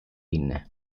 inne